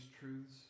truths